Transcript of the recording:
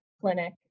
clinic